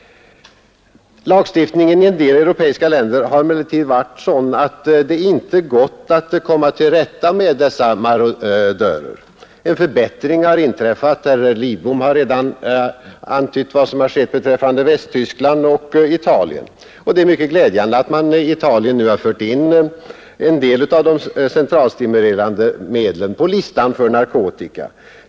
Lagstiftningen i en del europeiska länder har emellertid varit sådan att det inte gått att komma till rätta med dessa marodörer. Statsrådet Lidbom har redan antytt vad som skett beträffande Västtyskland och Italien. Det är mycket glädjande att Italien nu har fört upp en del av de centralstimulerande medlen på listan över narkotika.